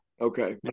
Okay